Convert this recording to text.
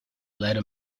later